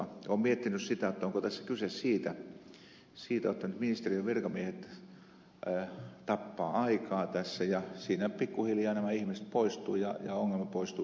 olen miettinyt onko tässä kyse siitä jotta ministeriön virkamiehet tappavat aikaa tässä ja siinä pikkuhiljaa nämä ihmiset poistuvat ja ongelma poistuu sieltä kautta